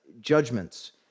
judgments